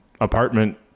apartment